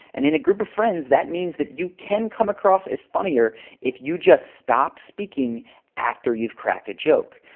and in a group of friends, that means that you can come across as funnier if you just stop speaking after you've cracked a joke.